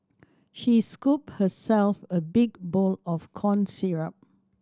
she scooped herself a big bowl of corn